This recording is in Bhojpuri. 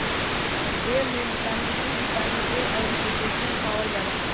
बेर में बिटामिन सी, बिटामिन ए अउरी पोटैशियम पावल जाला